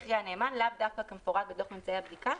לאו דווקא כמפורט בדוח ממצאי הבדיקה,